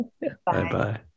Bye-bye